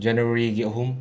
ꯖꯅꯋꯥꯔꯤꯒꯤ ꯑꯍꯨꯝ